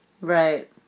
Right